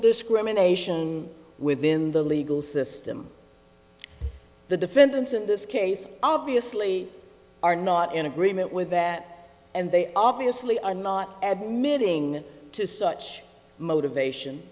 discrimination within the legal system the defendants in this case obviously are not in agreement with that and they obviously are not admitting to such motivation